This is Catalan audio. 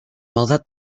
maldat